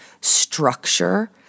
structure